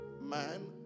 man